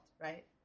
right